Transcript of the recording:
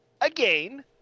again